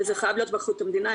וזה חייב להיות באחריות המדינה,